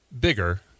bigger